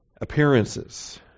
appearances